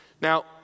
Now